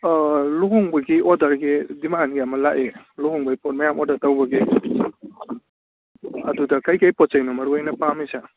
ꯑꯣ ꯂꯨꯍꯣꯡꯕꯒꯤ ꯑꯣꯔꯗꯔꯒꯤ ꯗꯤꯃꯥꯟꯒꯤ ꯑꯃ ꯂꯥꯛꯏ ꯂꯨꯍꯣꯡꯕꯩ ꯄꯣꯠ ꯃꯌꯥꯝ ꯑꯣꯔꯗꯔ ꯇꯧꯕꯒꯤ ꯑꯗꯨꯗ ꯀꯩꯀꯩ ꯄꯣꯠꯆꯩꯅꯣ ꯃꯔꯨꯑꯣꯏꯅ ꯄꯥꯝꯃꯤꯁꯦ